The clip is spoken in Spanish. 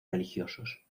religiosos